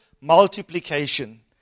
multiplication